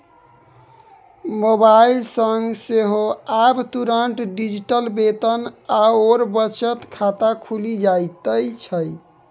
mobile सँ सेहो आब तुरंत डिजिटल वेतन आओर बचत खाता खुलि जाइत छै